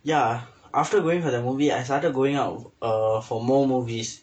ya after going for that movie I started going out uh for more movies